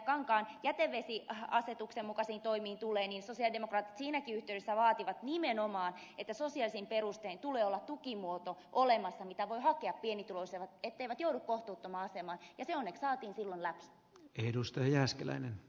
kankaan jätevesiasetuksen mukaisiin toimiin tulee niin sosialidemokraatit siinäkin yhteydessä vaativat nimenomaan että sosiaalisin perustein tulee olla tukimuoto olemassa mitä voivat hakea pienituloisimmat etteivät joudu kohtuuttomaan asemaan ja se onneksi saatiin silloin läpi